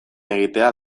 egitea